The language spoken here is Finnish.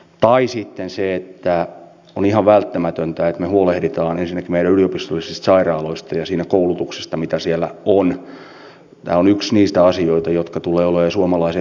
vai sitten se että on ihan välttämätöntä huolehditaan ensin en istuisi sairaaloista ja lähes jokainen leikkaus joka joudutaan tekemään on jostain näkökulmasta katsoen huono asia